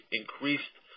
increased